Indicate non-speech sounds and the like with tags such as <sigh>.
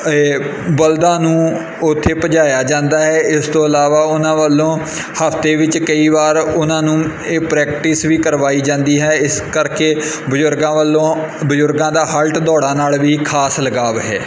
ਏ ਬਲਦਾਂ ਨੂੰ ਉੱਥੇ ਭਜਾਇਆ ਜਾਂਦਾ ਹੈ ਇਸ ਤੋਂ ਇਲਾਵਾ ਉਹਨਾਂ ਵੱਲੋਂ <unintelligible> ਹਫ਼ਤੇ ਵਿੱਚ ਕਈ ਵਾਰ ਉਹਨਾਂ ਨੂੰ ਇਹ ਪ੍ਰੈਕਟਿਸ ਵੀ ਕਰਵਾਈ ਜਾਂਦੀ ਹੈ ਇਸ ਕਰਕੇ ਬਜ਼ੁਰਗਾਂ ਵੱਲੋਂ ਬਜ਼ੁਰਗਾਂ ਦਾ ਹਲਟ ਦੌੜਾਂ ਨਾਲ ਵੀ ਖ਼ਾਸ ਲਗਾਵ ਹੈ